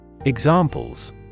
Examples